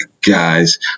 guys